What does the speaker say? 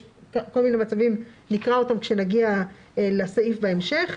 יש כל מיני מצבים נקרא אותם כאשר נגיע לסעיף בהמשך.